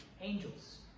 angels